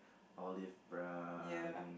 all these brown